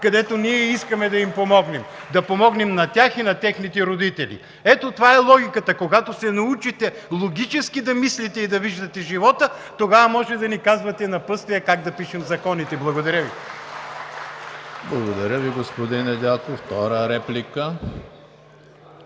където искаме да им помогнем – да помогнем на тях и на техните родители. Ето това е логиката! Когато се научите логически да мислите и да виждате живота, тогава може да ни казвате напътствия как да пишем законите. Благодаря Ви. (Ръкопляскания от „БСП за